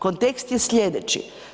Kontekst je slijedeći.